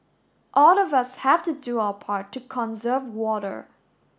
all of us have to do our part to conserve water